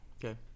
okay